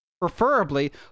preferably